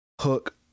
hook